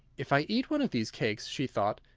if i eat one of these cakes, she thought,